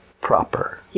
proper